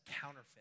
counterfeit